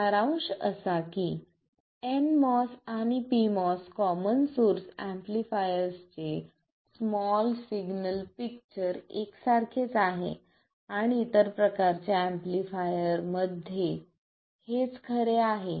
सारांश असा की nMOS आणि pMOS कॉमन सोर्स एम्पलीफायरर्सचे स्मॉल सिग्नल पिक्चर एकसारखेच आहे आणि इतर प्रकारच्या एम्पलीफायरमध्ये हेच खरे आहे